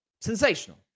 Sensational